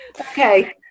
okay